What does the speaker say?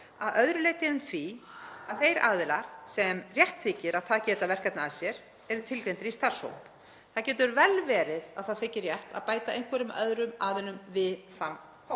að öðru leyti en því að þeir aðilar sem rétt þykir að taka þetta verkefni að sér eru tilgreindir í starfshóp. Það getur vel verið að það þyki rétt að bæta einhverjum öðrum aðilum við þann